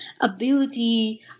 ability